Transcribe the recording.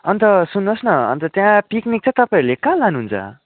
अन्त सुन्नुहोस् न अन्त त्यहाँ पिकनिक चाहिँ तपाईँहरूले कहाँ लानुहुन्छ